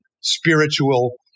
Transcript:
spiritual